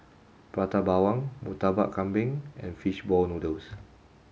Prata Bawang Murtabak Kambing and fish ball noodles